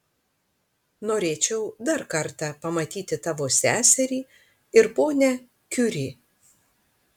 norėčiau dar kartą pamatyti tavo seserį ir ponią kiuri